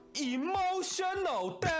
emotional